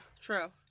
True